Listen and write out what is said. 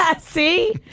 See